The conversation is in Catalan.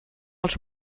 els